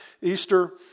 Easter